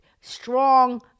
strong